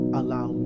allow